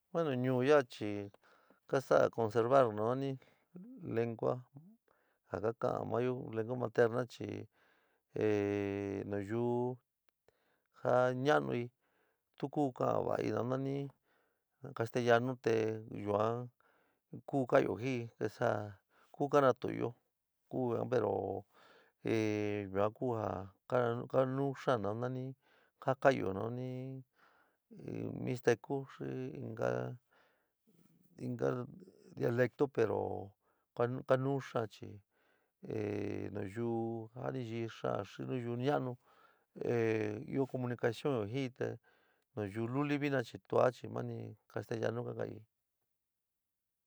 Bueno ñuú ya'a chi ka sa'a conservar nanani lengua ja ka ka'an maáyo lengua materna chi ehh nayíu ja ña'anui tu ku ka'an vai nanani castellanu te yuan ku ka'anyo jin'ɨ ntesaa ku ka natu'unyo pero ehh yuan ku ja ka kanuú xaán nanani ja ka'anyo mixtecu xi inka inka dialecto pero kanuú xaán chi nayú ja niyɨɨ xaán xi nayuú ña'anu ɨó comunicacion jin'ɨ te nayuu luli vina chi tua chi mani castellanu ka kaan'ɨ.